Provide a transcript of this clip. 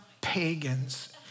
pagans